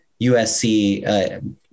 USC